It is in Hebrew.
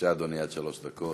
בבקשה, אדוני, עד שלוש דקות.